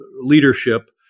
leadership